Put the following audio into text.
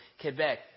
Quebec